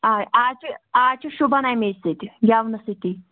آ آز چھِ آز چھِ شُبان اَمے سۭتہِ گٮ۪ونہٕ سۭتی